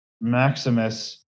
Maximus